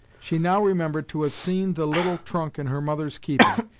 she now remembered to have seen the little trunk in her mother's keeping,